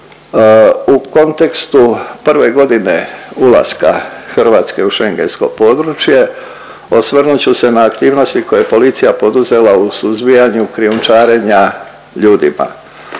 U kontekstu prve godine ulaska Hrvatske u schengensko područje, osvrnut ću se na aktivnosti koje je policija poduzela u suzbijanju krijumčarenja ljudima.